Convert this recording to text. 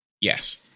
yes